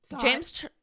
James